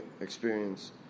experience